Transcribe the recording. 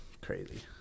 crazy